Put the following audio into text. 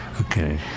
Okay